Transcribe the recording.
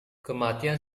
kematian